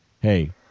Hey